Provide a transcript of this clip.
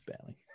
barely